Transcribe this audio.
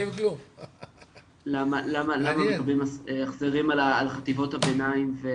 למה מקבלים החזרים על חטיבות הביניים.